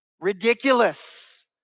ridiculous